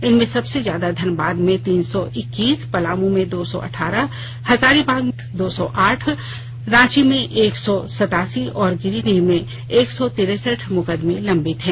इनमें सबसे ज्यादा धनबाद में तीन सौ इक्कीस पलामू में दो सौ अठारह हजारीबाग में दो सौ आठ रांची में एक सौ सतासी और गिरिडीह में एक सौ तिरसठ मुकदमें लंबित हैं